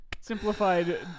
Simplified